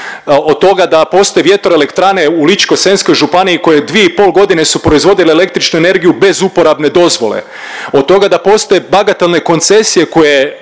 od toga da postoje vjetroelektrane u Ličko-senjskoj županiji koje 2,5 godine su proizvodile električnu energiju bez uporabne dozvole, od toga da postoje bagatelne koncesije koje,